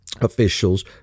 officials